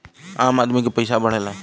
आम आदमी के पइसा बढ़ेला